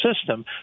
system